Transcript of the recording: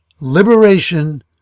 liberation